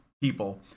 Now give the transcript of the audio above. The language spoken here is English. people